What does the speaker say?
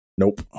nope